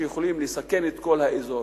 שיכולים לסכן את כל האזור,